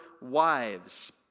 wives